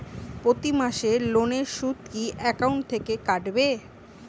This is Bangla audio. প্রতি মাসে লোনের সুদ কি একাউন্ট থেকে কাটবে?